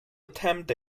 attempt